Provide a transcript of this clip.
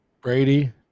Brady